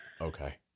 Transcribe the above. Okay